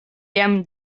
jam